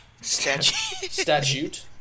statute